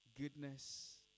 goodness